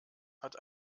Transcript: hat